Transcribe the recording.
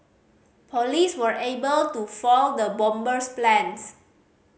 police were able to foil the bomber's plans